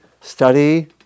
study